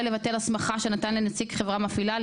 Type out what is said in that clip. לבטל הסמכה שנתן לנציג חברה מפעילה,